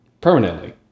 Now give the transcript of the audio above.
permanently